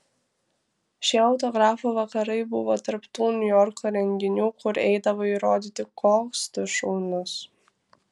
šie autografų vakarai buvo tarp tų niujorko renginių kur eidavai įrodyti koks tu šaunus